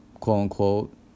Quote-unquote